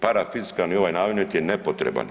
Parafiskalni ovaj namet je nepotreban.